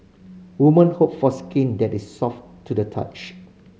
women hope for skin that is soft to the touch